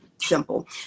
simple